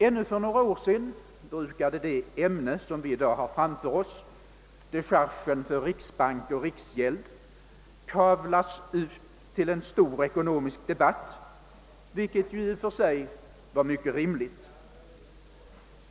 Ännu för några år sedan brukade det ämne, som vi i dag har framför oss, dechargen för riksbank och riksgäldskontor, kavlas ut till en stor ekonomisk debatt, vilket ju i och för sig var mycket rimligt.